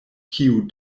kiu